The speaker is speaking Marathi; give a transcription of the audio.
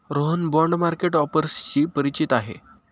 रोहन बाँड मार्केट ऑफर्सशी परिचित आहे